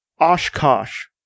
Oshkosh